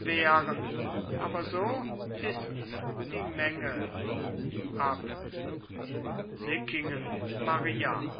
wären aber so ist's die menge ab sickingen maria